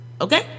okay